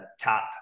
top